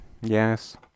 yes